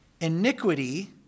iniquity